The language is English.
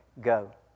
go